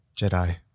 Jedi